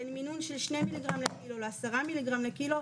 בין מינון של 2 מ"ג לקילו או 10 מ"ג לקילו,